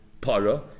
para